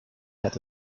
had